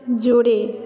জোরে